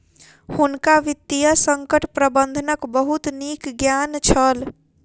हुनका वित्तीय संकट प्रबंधनक बहुत नीक ज्ञान छल